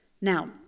Now